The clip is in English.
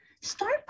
start